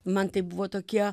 man tai buvo tokie